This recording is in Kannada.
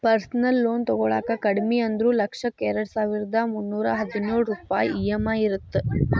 ಪರ್ಸನಲ್ ಲೋನ್ ತೊಗೊಳಾಕ ಕಡಿಮಿ ಅಂದ್ರು ಲಕ್ಷಕ್ಕ ಎರಡಸಾವಿರ್ದಾ ಮುನ್ನೂರಾ ಹದಿನೊಳ ರೂಪಾಯ್ ಇ.ಎಂ.ಐ ಇರತ್ತ